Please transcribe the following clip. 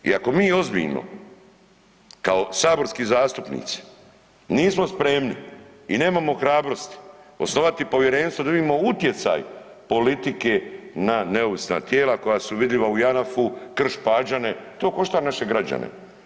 I ako mi ozbiljno kao saborski zastupnici nismo spremni i nemamo hrabrosti osnovati povjerenstvo da vidimo utjecaj politike na neovisna tijela koja su vidljiva u Janaf-u, Krš Pađene, to košta naše građane.